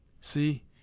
see